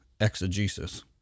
exegesis